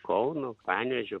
kauno panevėžio